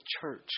church